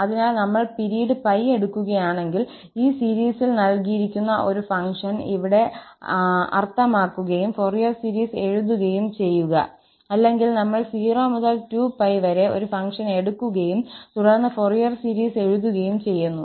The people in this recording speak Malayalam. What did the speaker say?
അതിനാൽ നമ്മൾ പിരീഡ് 𝜋 എടുക്കുകയാണെങ്കിൽ ഈ സീരീസിൽ നൽകിയിരിക്കുന്ന ഒരു ഫംഗ്ഷൻ ഇവിടെ അർത്ഥമാക്കുകയും ഫൊറിയർ സീരീസ് എഴുതുകയും ചെയ്യുക അല്ലെങ്കിൽ നമ്മൾ 0 മുതൽ 2𝜋 വരെ ഒരു ഫംഗ്ഷൻ എടുക്കുകയും തുടർന്ന് ഫോറിയർ സീരീസ് എഴുതുകയും ചെയ്യുന്നു